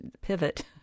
pivot